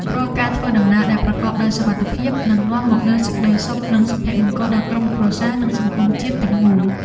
រាល់ការធ្វើដំណើរដែលប្រកបដោយសុវត្ថិភាពនឹងនាំមកនូវសេចក្តីសុខនិងសុភមង្គលដល់ក្រុមគ្រួសារនិងសង្គមជាតិទាំងមូល។